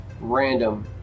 random